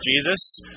Jesus